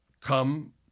come